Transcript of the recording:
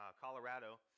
Colorado